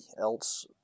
else